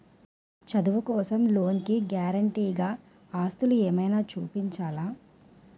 చదువు కోసం లోన్ కి గారంటే గా ఆస్తులు ఏమైనా చూపించాలా?